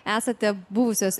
esate buvusios